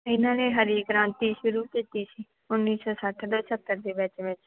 ਇਹਨਾਂ ਨੇ ਹਰੀ ਕ੍ਰਾਂਤੀ ਸ਼ੁਰੂ ਕੀਤੀ ਸੀ ਉੱਨੀ ਸੌ ਸੱਠ ਅਤੇ ਸੱਤਰ ਦੇ ਵਿੱਚ ਵਿੱਚ